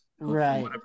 right